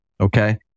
Okay